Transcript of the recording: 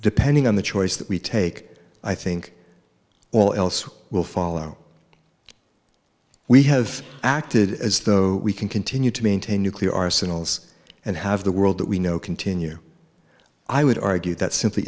depending on the choice that we take i think all else will follow we have acted as though we can continue to maintain nuclear arsenals and have the world that we know continue i would argue that simply